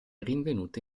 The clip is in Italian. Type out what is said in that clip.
rinvenute